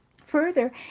Further